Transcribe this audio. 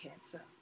cancer